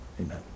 Amen